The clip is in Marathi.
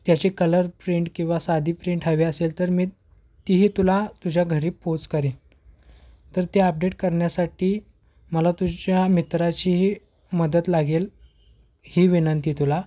त्याची कलर प्रिंट किंवा साधी प्रिंट हवी असेल तर मी तीही तुला तुझ्या घरी पोच करेन तर ते अपडेट करण्यासाठी मला तुझ्या मित्राचीही मदत लागेल ही विनंती तुला